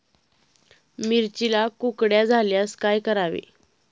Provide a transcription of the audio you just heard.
मिरचीला कुकड्या झाल्यास काय करावे?